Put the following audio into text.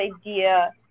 idea